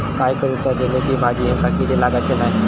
काय करूचा जेणेकी भाजायेंका किडे लागाचे नाय?